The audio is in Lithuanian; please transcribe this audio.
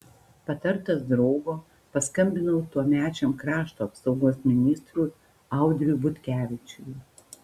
patartas draugo paskambinau tuomečiam krašto apsaugos ministrui audriui butkevičiui